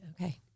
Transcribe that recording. okay